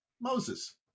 Moses